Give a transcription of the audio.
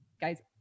Guys